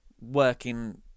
working